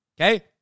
okay